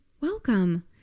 welcome